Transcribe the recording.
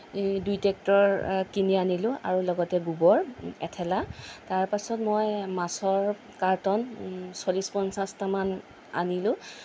দুই ট্ৰেক্টৰ কিনি আনিলোঁ আৰু লগতে গোবৰ এঠেলা তাৰ পাছত মই মাছৰ কাৰ্টন চল্লিশ পঞ্চাশটা মান আনিলোঁ